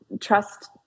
trust